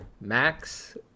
Max